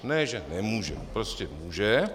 Ne že nemůže, prostě může.